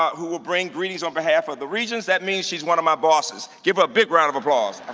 who will bring greetings on behalf of the regents. that means she's one of my bosses. give her a big round of applause.